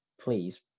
Please